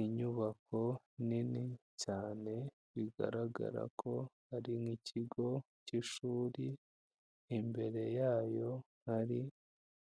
Inyubako nini cyane bigaragara ko ari nk'ikigo cy'ishuri, imbere yayo hari